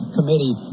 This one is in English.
Committee